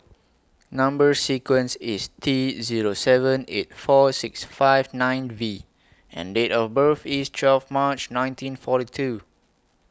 Number sequence IS T Zero seven eight four six five nine V and Date of birth IS twelve March nineteen forty two